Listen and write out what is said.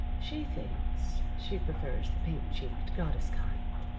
she thinks she prefers the pink-cheeked, goddess kind,